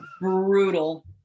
brutal